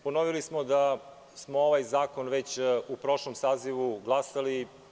Ponovili smo da smo ovaj zakon već u prošlom sazivu glasali.